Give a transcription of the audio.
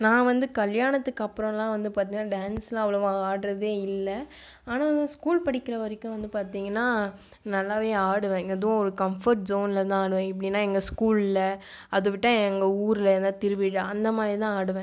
நான் வந்து கல்யாணத்துக்கு அப்புறம்லாம் வந்து பார்த்தீங்கன்னா டான்ஸ்லாம் அவ்ளோவாக ஆடுகிறதே இல்லை ஆனால் வந்து ஸ்கூல் படிக்கிற வரைக்கும் வந்து பார்த்தீங்கன்னா நல்லாவே ஆடுவேன் ஏதோ ஒரு கம்ஃபர்ட் ஜோனில் தான் ஆடுவேன் எப்படின்னா எங்கள் ஸ்கூலில் அது விட்டால் எங்கள் ஊரில் எதா திருவிழா அந்தமாதிரி தான் ஆடுவேன்